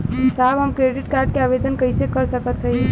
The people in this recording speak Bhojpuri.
साहब हम क्रेडिट कार्ड क आवेदन कइसे कर सकत हई?